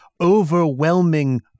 overwhelming